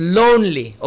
lonely